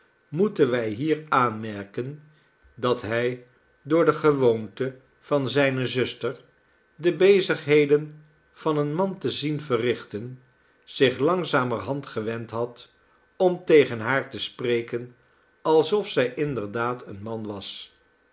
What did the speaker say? moeten wij hier aanmerken dat hij door de gewoonte van zijne zuster de bezigheden van een man te zien verrichten zich langzamerhand gewend had om tegen haar te spreken alsof zij inderdaad een man was